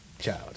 child